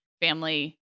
family